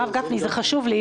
הרב גפני, זה חשוב לי.